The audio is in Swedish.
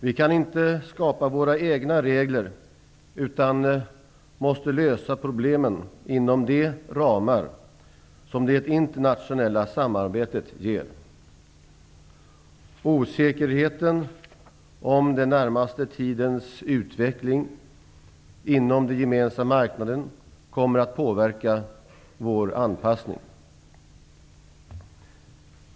Vi kan inte skapa våra egna regler utan måste lösa problemen inom de ramar som det internationella samarbetet ger. Osäkerheten om den närmaste tidens utveckling inom Gemensamma marknaden kommer att påverka vår anpassning.